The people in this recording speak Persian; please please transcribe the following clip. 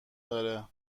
داره